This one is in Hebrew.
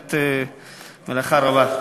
באמת מלאכה רבה.